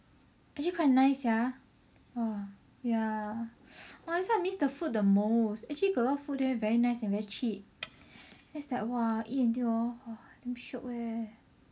actually quite nice sia !wah! ya !wah! that's why I miss the food the most actually got a lot food there very nice and very cheap that's like !wah! eat until hor !wah! damn shiok leh